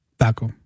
taco